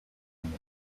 and